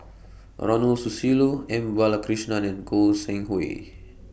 Ronald Susilo M Balakrishnan and Goi Seng Hui